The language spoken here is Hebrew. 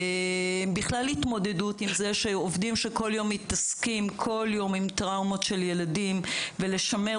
בכלל התמודדות עם זה שעובדים שבכל יום מתעסקים עם טראומות של ילדים ולשמר